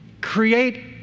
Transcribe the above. create